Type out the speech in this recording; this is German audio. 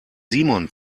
simon